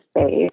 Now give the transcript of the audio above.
space